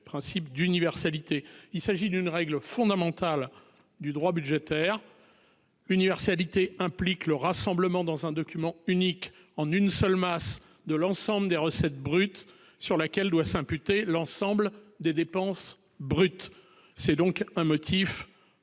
principe d'universalité. Il s'agit d'une règle fondamentale du droit budgétaire. Universalité implique le rassemblement dans un document unique en une seule masse de l'ensemble des recettes brutes sur laquelle doit s'imputer l'ensemble des dépenses brutes. C'est donc un motif.